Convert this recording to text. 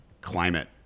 Climate